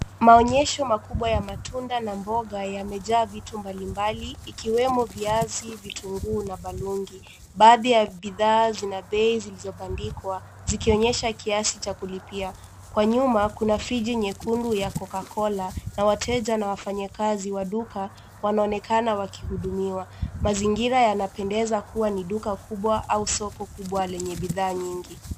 Maonyesho makubwa ya matunda na mboga yamejaa vitu mbalimbali ikiwemo viazi, Vitunguuu na balungi baadhi za bidhaa Zina beib silizopandikwa kikionyesha kiasi Cha kulipia kwa nyuma Kuna friji nyekundu ya coca cola na wateja na wafanyikasi wa duka wanaonekana wakihudumiwa mazingira yanapendeza kuwa ni duka kubwa au soku kubwa lenye bidhaa nyingi